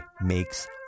makes